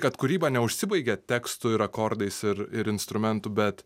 kad kūryba neužsibaigia tekstu ir akordais ir ir instrumentu bet